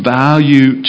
value